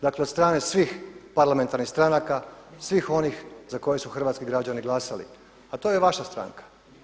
Dakle, od strane svih parlamentarnih stranaka, svih oni za koje su hrvatski građani glasali, a to je i vaša stranka.